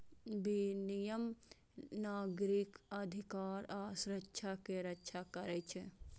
विनियम नागरिक अधिकार आ सुरक्षा के रक्षा करै छै